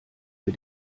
wir